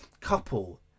couple